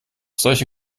solche